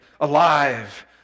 alive